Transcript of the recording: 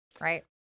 right